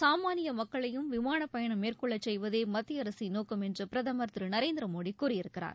சாமானிய மக்களையும் விமானப் பயணம் மேற்கொள்ளச் செய்வதே மத்திய அரசின் நோக்கம் என்று பிரதமர் திரு நரேந்திரமோடி கூறியிருக்கிறார்